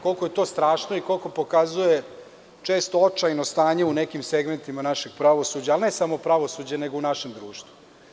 Koliko je to strašno i koliko pokazuje često očajno stanje u nekim segmentima našeg pravosuđa, ali ne samo pravosuđa nego našeg društva.